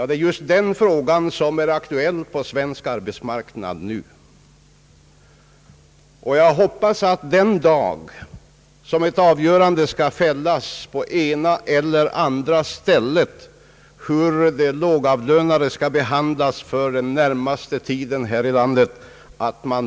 Det är just den frågan som nu är aktuell på svensk arbetsmarknad, och jag hoppas att man kan få herr Bengtsons medverkan den dag då ett avgörande skall fällas på det ena eller andra stället om hur de lågavlönade skall behandlas för den närmaste tiden här i landet.